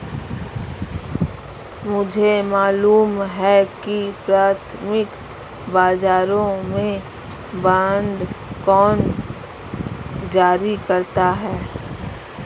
मुझे मालूम है कि प्राथमिक बाजारों में बांड कौन जारी करता है